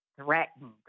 threatened